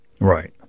Right